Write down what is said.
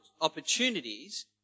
opportunities